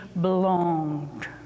belonged